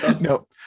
Nope